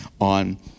on